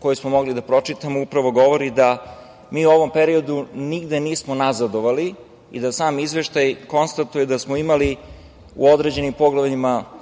koji smo mogli da pročitamo, govori o tome da mi u ovom periodu nigde nismo nazadovali i da sam izveštaj konstatuje da smo imali u određenim poglavljima